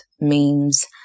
memes